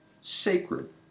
sacred